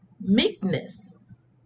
meekness